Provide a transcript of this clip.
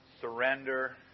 surrender